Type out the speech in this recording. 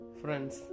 friends